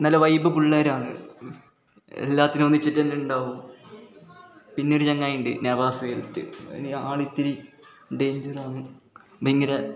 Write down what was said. നല്ല വൈബ് പിള്ളേരാന്ന് എല്ലാത്തിനും ഒന്നിച്ചിട്ട് തന്നെ ഉണ്ടാവും പിന്നെ ഒരു ചങ്ങാതി ഉണ്ട് നവാസ് എന്ന് പറഞ്ഞിട്ട് ആൾ ഇത്തിരി ഡേയ്ഞ്ചർ ആണ് ഭയങ്കര